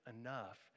enough